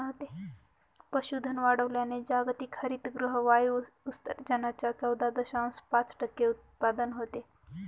पशुधन वाढवल्याने जागतिक हरितगृह वायू उत्सर्जनाच्या चौदा दशांश पाच टक्के उत्पन्न होते